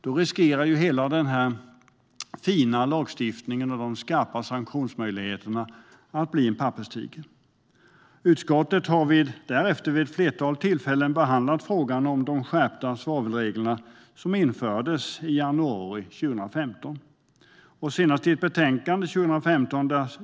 Det finns alltså risk att hela den här fina lagstiftningen med dess skarpa sanktionsmöjligheter blir en papperstiger. Utskottet har därefter vid ett flertal tillfällen behandlat frågan om de skärpta svavelregler som infördes i januari 2015, senast i ett betänkande 2015.